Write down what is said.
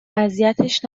اذیتش